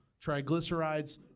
triglycerides